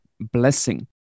blessing